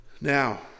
Now